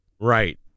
Right